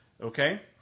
okay